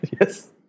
Yes